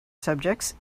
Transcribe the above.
subjects